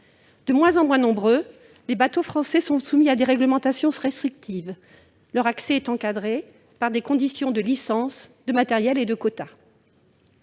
De moins en moins nombreux, les bateaux français sont soumis à des réglementations restrictives : leur accès est encadré par des conditions de licence, de matériel et de quotas.